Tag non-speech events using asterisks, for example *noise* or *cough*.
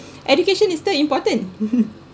education is still important *laughs*